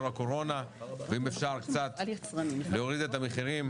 הקורונה ואם אפשר קצת להוריד את המחירים,